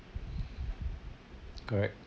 correct